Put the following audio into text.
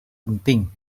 penting